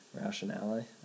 rationale